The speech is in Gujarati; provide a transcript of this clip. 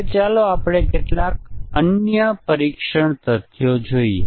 હવે ચાલો ઈન્ટીગ્રેશન ટેસ્ટીંગ જોઈએ